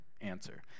answer